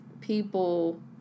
people